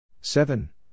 seven